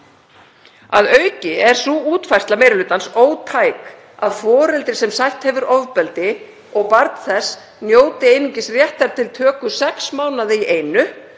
Að auki er sú útfærsla meiri hlutans ótæk að foreldri sem sætt hefur ofbeldi og barn þess njóti einungis réttar til töku sex mánaða í einu